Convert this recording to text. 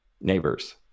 neighbors